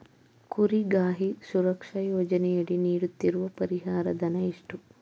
ಕುರಿಗಾಹಿ ಸುರಕ್ಷಾ ಯೋಜನೆಯಡಿ ನೀಡುತ್ತಿರುವ ಪರಿಹಾರ ಧನ ಎಷ್ಟು?